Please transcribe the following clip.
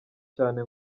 cyane